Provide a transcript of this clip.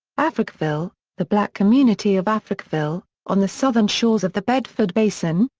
africville the black community of africville, on the southern shores of the bedford basin,